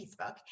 Facebook